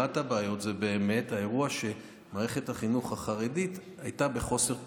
אחת הבעיות היא באמת האירוע שמערכת החינוך החרדית הייתה בחוסר תקציב.